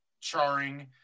charring